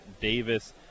Davis